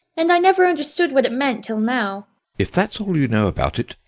and i never understood what it meant till now if that's all you know about it,